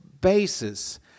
basis